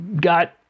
got